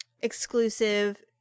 exclusive